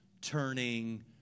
turning